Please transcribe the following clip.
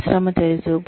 పరిశ్రమ తెలుసు